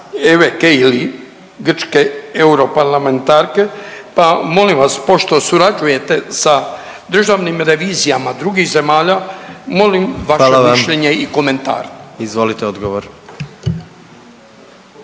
Eve Kaili grčke europarlamentarke, pa molim vas pošto surađujete sa državnim revizijama drugih zemalja molim vaše mišljenje …/Upadica: hvala vam./…